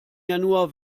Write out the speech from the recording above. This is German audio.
januar